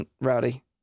Rowdy